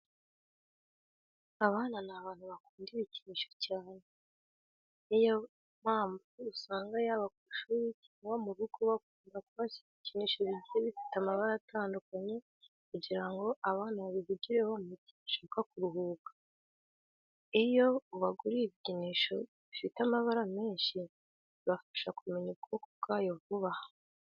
Abana ni abantu bakunda ibikinisho cyane, ni nayo mpamvu usanga yaba ku ishuri cyangwa mu rugo bakunda kuhashyira ibikinisho bigiye bifite amabara atandukanye kugira ngo abana babihugireho mu gihe bashaka kuruhuka. Iyo ubaguriye ibikinisho bifite amabara menshi bibafasha kumenya ubwoko bwayo vuba.